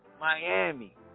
Miami